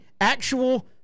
actual